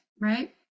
right